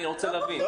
אני רוצה להבין.